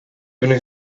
hebben